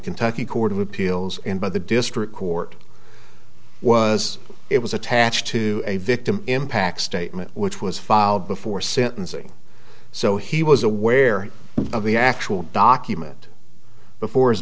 kentucky court of appeals and by the district court was it was attached to a victim impact statement which was filed before sentencing so he was aware of the actual document before his